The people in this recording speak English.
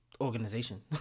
organization